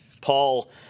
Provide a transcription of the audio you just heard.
Paul